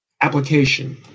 application